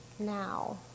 now